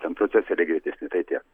ten procesoriai greitesni tai tiek